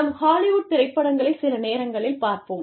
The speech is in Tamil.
நாம் ஹாலிவுட் திரைப்படங்களை சில நேரங்களில் பார்ப்போம்